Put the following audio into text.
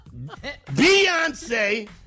Beyonce